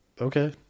Okay